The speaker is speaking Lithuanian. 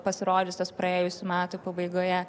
pasirodžiusios praėjusių metų pabaigoje